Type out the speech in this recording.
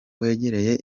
wegereye